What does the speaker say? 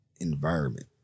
Environment